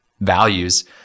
values